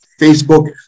Facebook